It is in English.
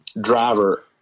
driver